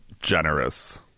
generous